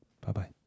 Bye-bye